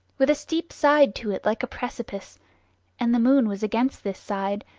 with a steep side to it like a precipice and the moon was against this side,